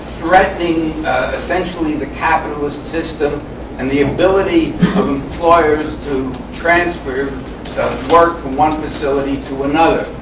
threatening essentially the capitalist system and the ability of employers to transfer work from one facility to another.